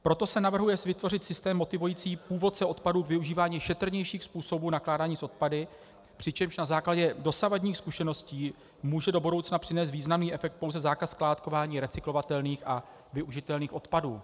Proto se navrhuje vytvořit systém motivující původce odpadu k využívání šetrnějších způsobů nakládání s odpady, přičemž na základě dosavadních zkušeností může do budoucna přinést významný efekt pouze zákaz skládkování recyklovatelných a využitelných odpadů.